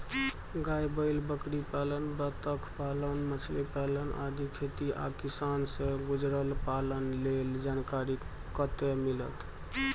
गाय, बैल, बकरीपालन, बत्तखपालन, मछलीपालन आदि खेती आ किसान से जुरल पालन लेल जानकारी कत्ते मिलत?